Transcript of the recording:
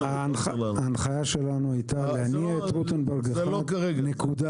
ההנחיה שלנו היתה להניע את רוטנברג 1, נקודה.